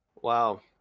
Wow